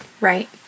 Right